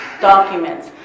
documents